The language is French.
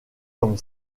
comme